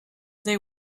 they